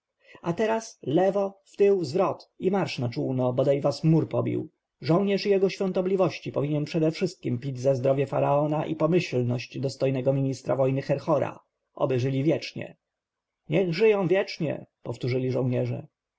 a teraz w lewo wtył zwrot i marsz na czółno bodaj was mór pobił żołnierz jego świątobliwości powinien przedewszystkiem pić za zdrowie faraona i pomyślność dostojnego ministra wojny herhora oby żyli wiecznie niech żyją wiecznie powtórzyli żołnierze